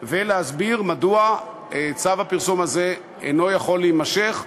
ולהסביר מדוע צו איסור הפרסום הזה אינו יכול להימשך,